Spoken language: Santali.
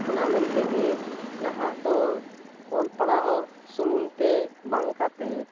ᱚᱱᱟ ᱢᱮᱱ ᱛᱮᱜᱮ ᱱᱟᱦᱟᱜ ᱫᱚ ᱚᱞ ᱯᱟᱲᱦᱟᱣ ᱥᱩᱢᱩᱝ ᱛᱮ ᱵᱟᱝ ᱠᱟᱛᱮᱫ